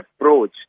approach